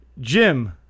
Jim